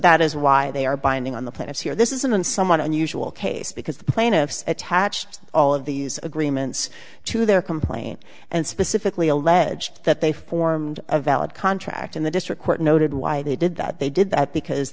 that is why they are binding on the plaintiffs here this isn't someone unusual case because the plaintiffs attached all of these agreements to their complaint and specifically alleged that they formed a valid contract in the district court noted why they did that they did that because